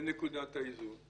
את נקודת האיזון.